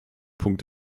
punkt